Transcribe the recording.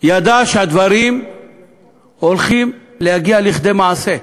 ידע שהדברים הולכים להגיע לידי מעשה.